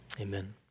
Amen